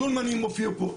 שולמנים הופיעו פה,